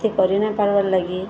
ସେଥି କରିନାଇ ପାର୍ବାର୍ ଲାଗି